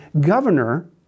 governor